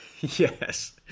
Yes